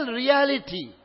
reality